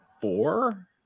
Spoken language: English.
four